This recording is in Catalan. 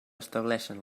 estableixen